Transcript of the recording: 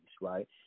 right